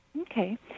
Okay